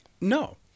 No